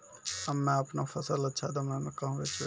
हम्मे आपनौ फसल अच्छा दामों मे कहाँ बेचबै?